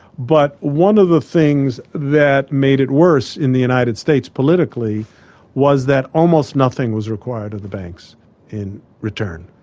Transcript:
but one of the things that made it worse in the united states politically was that almost nothing was required of the banks in return.